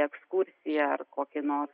ekskursiją ar kokį nors